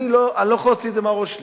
אני לא יכול להוציא את זה מהראש שלי.